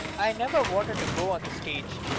i never wanted to go on the stage.